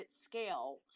scale